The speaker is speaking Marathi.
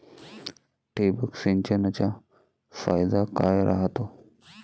ठिबक सिंचनचा फायदा काय राह्यतो?